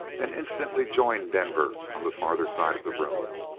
and instantly joined denver on the farther side of the room.